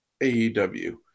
AEW